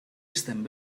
estem